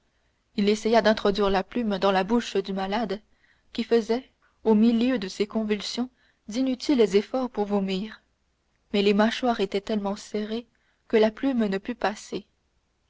il essaya d'introduire la plume dans la bouche du malade qui faisait au milieu de ses convulsions d'inutiles efforts pour vomir mais les mâchoires étaient tellement serrées que la plume ne put passer